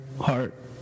heart